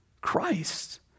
Christ